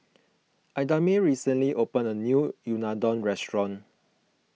Idamae recently opened a new Unadon restaurant